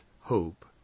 hope